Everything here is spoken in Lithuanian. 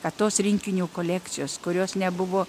kad tos rinkinių kolekcijos kurios nebuvo